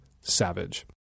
savage